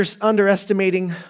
underestimating